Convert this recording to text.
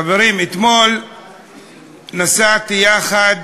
חברים, אתמול נסעתי יחד